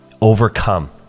overcome